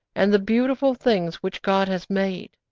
and the beautiful things which god has made.